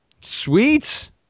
Sweet